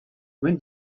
when